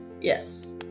Yes